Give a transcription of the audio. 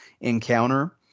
encounter